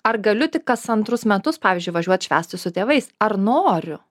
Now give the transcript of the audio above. ar galiu tik kas antrus metus pavyzdžiui važiuot švęsti su tėvais ar noriu